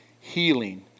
healing